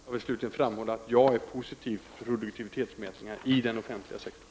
Jag vill slutligen framhålla att jag är positiv till produktivitetsmätningar i den offentliga sektorn.